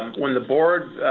when the board